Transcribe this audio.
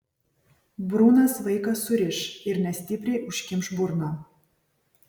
brunas vaiką suriš ir nestipriai užkimš burną